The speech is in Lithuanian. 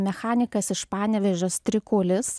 mechanikas iš panevėžio strikulis